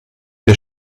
der